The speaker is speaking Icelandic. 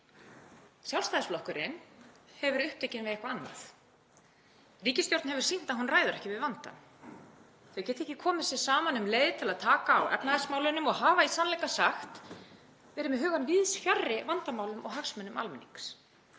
Sjálfstæðisflokkurinn hefur verið upptekinn við eitthvað annað. Ríkisstjórn hefur sýnt að hún ræður ekki við vandann. Þau geta ekki komið sér saman um leið til að taka á efnahagsmálunum og hafa í sannleika sagt verið með hugann víðs fjarri vandamálum og hagsmunum almennings.